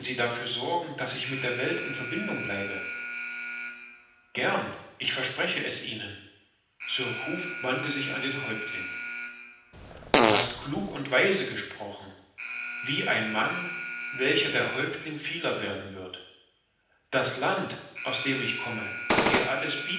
dafür sorgen daß ich mit der welt in verbindung bleibe gern ich verspreche es ihnen surcouf wandte sich an den häuptling du hast klug und weise gesprochen wie ein mann welcher der häuptling vieler werden wird das land aus dem ich komme kann dir alles